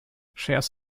shares